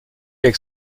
avec